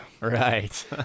Right